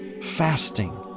fasting